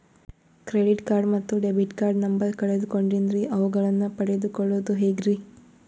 Credit card ಮತ್ತು debit card number ಕಳೆದುಕೊಂಡಿನ್ರಿ ಅವುಗಳನ್ನ ಪಡೆದು ಕೊಳ್ಳೋದು ಹೇಗ್ರಿ?